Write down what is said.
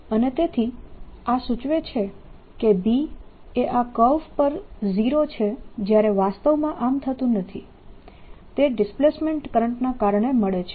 અને તેથી આ સૂચવે છે કે B એ આ કર્વ પર 0 છે જ્યારે વાસ્તવમાં આમ થતું નથી તે ડિસ્પ્લેસમેન્ટ કરંટના કારણે મળે છે